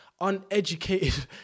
uneducated